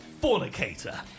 fornicator